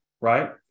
right